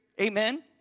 amen